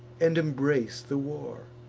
and embrace the war.